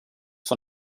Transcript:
von